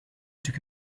took